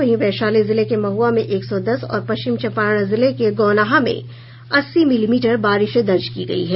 वहीं वैशाली जिले के महुआ में एक सौ दस और पश्चिम चंपारण जिले के गौनाहा में अस्सी मिलीमीटर बारिश दर्ज की गयी है